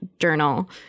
journal